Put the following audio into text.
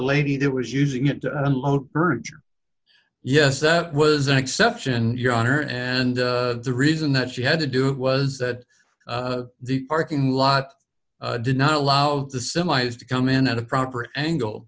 lady that was using it to unload birger yes that was an exception your honor and the reason that she had to do it was that the parking lot did not allow the semis to come in at a proper angle